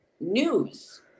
news